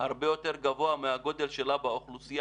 הרבה יותר גבוה מגודלה באוכלוסייה.